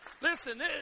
Listen